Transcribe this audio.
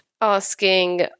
asking